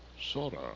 Sora